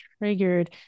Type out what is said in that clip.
triggered